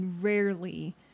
rarely